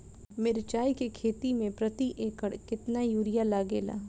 मिरचाई के खेती मे प्रति एकड़ केतना यूरिया लागे ला?